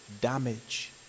damage